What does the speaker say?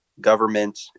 government